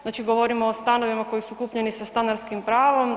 Znači govorimo o stanovima koji su kupljeni sa stanarskim pravom.